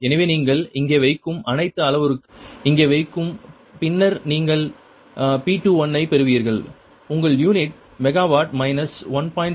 எனவே நீங்கள் இங்கே வைக்கும் அனைத்து அளவுருக்கள் இங்கே வைக்கவும் பின்னர் நீங்கள் P21 ஐப் பெறுவீர்கள் உங்கள் யூனிட் மெகாவாட் மைனஸ் 1